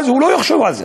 אז הוא לא יחשוב על זה